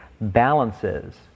balances